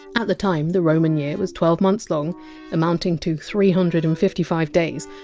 at the time, the roman year was twelve months long amounting to three hundred and fifty five days,